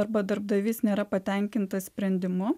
arba darbdavys nėra patenkintas sprendimu